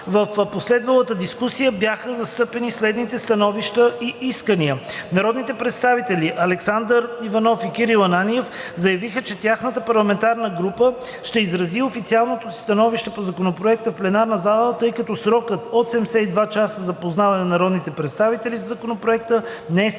В последвалата дискусия бяха застъпени следните становища и искания: Народните представители Александър Иванов и Кирил Ананиев заявиха, че тяхната парламентарна група ще изрази официалното си становище по Законопроекта в пленарна зала, тъй като срокът от 72 часа за запознаване на народните представители със Законопроекта не е спазен.